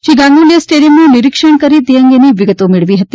શ્રી ગાંગુલીએ સ્ટેડિયમનું નિરીક્ષણ કરી તે અંગેની વિગતો મેળવી હતી